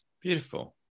Beautiful